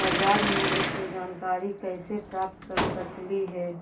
बाजार मूल्य के जानकारी कैसे प्राप्त कर सकली हे?